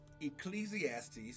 Ecclesiastes